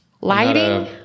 Lighting